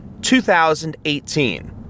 2018